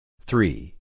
three